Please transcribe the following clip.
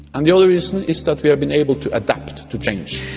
and the other reason is that we have been able to adapt to change.